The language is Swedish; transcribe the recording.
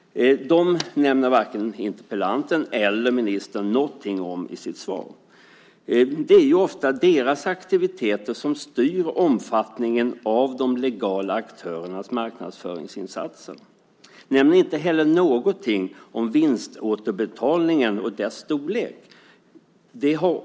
Varken av interpellanten eller av ministern i dennes svar nämns något om dem. Det är ofta deras aktiviteter som styr omfattningen av de legala aktörernas marknadsföringsinsatser. Inte heller nämns någonting om vinståterbetalningen och dess storlek.